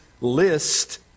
list